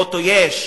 אוטו יש,